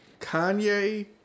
Kanye